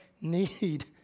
need